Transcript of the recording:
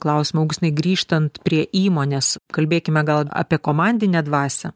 klausimą augustinai grįžtant prie įmonės kalbėkime gal apie komandinę dvasią